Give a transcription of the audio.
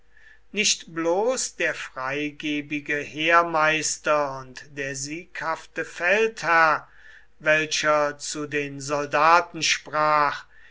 nicht bloß der freigebige heermeister und der sieghafte feldherr welcher zu den soldaten sprach